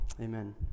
Amen